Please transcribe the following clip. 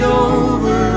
over